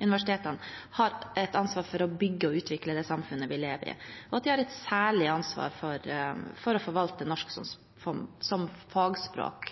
universitetene har et ansvar for å bygge og utvikle det samfunnet vi lever i, og at de har et særlig ansvar for å forvalte norsk som fagspråk,